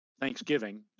Thanksgiving